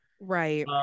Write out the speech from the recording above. right